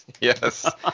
yes